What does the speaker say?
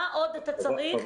מה עוד אתה צריך?